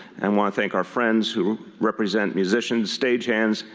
and want to thank our friends who represent musicians, stagehands,